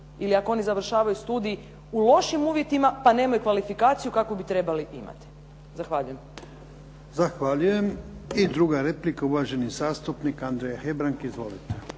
ili ako oni završavaju studij u lošim uvjetima, pa nemaju kvalifikaciju kakvu bi trebali imati. Zahvaljujem. **Jarnjak, Ivan (HDZ)** Zahvaljujem. I druga replika, uvaženi zastupnik Andrija Hebrang. Izvolite.